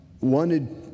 wanted